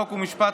חוק ומשפט,